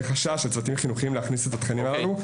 וחשש של צוותים חינוכיים להכניס את התכנים הללו.